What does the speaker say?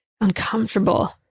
Uncomfortable